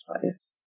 place